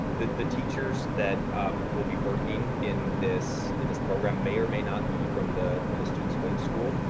the the teachers that will be working in this, in this program may or may not be from the, from the student's home school. you